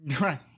right